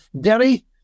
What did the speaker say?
Derry